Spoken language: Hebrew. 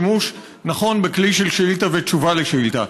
שימוש נכון בכלי של שאילתה ותשובה לשאילתה.